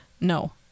No